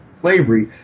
slavery